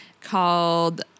called